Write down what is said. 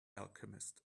alchemist